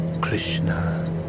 Krishna